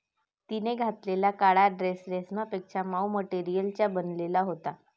तिने घातलेला काळा ड्रेस रेशमापेक्षा मऊ मटेरियलचा बनलेला होता